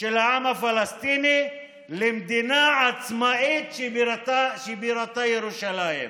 של העם הפלסטיני למדינה עצמאית שבירתה ירושלים.